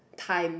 time